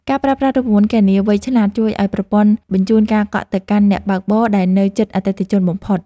ការប្រើប្រាស់រូបមន្តគណនាវៃឆ្លាត ជួយឱ្យប្រព័ន្ធបញ្ជូនការកក់ទៅកាន់អ្នកបើកបរដែលនៅជិតអតិថិជនបំផុត។